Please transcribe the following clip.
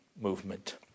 movement